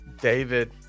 David